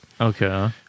Okay